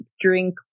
drink